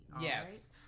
yes